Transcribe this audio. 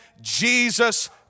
Jesus